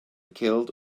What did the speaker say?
killed